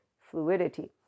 fluidity